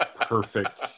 perfect